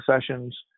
sessions